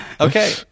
Okay